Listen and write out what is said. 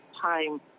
time